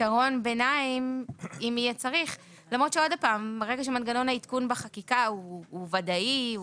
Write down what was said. פתרון ביניים אם יהיה צריך למרות שברגע שמנגנון העדכון בחקיקה הוא ודאי,